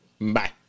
Bye